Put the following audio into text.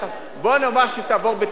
בואי נאמר שהיא תעבור בטרומית,